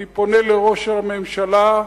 אני פונה לראש הממשלה: